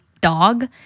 dog